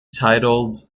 titled